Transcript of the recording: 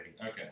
Okay